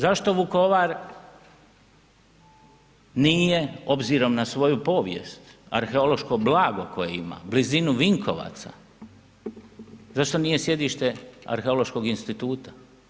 Zašto Vukovar nije obzirom na svoju povijest, arheološko blago koje ima, blizinu Vinkovaca, zašto nije sjedište arheološkog instituta?